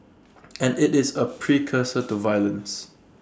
and IT is A precursor to violence